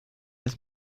ist